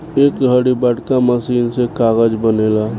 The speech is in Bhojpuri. ए घड़ी बड़का मशीन से कागज़ बनेला